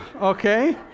okay